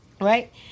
right